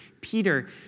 Peter